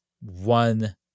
one